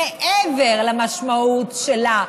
מעבר למשמעות שלה,